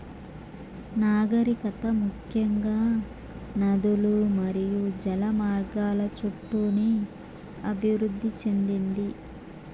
నాగరికత ముఖ్యంగా నదులు మరియు జల మార్గాల చుట్టూనే అభివృద్ది చెందింది